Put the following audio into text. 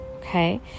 Okay